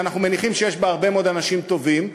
שאנחנו מניחים שיש בה הרבה מאוד אנשים טובים,